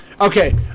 okay